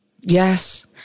Yes